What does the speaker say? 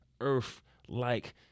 Earth-like